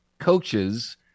coaches